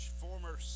former